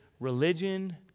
Religion